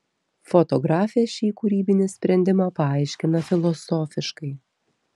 fotografė šį kūrybinį sprendimą paaiškina filosofiškai